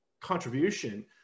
contribution